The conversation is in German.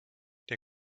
der